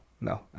no